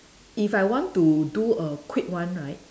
if I want to do a quick one right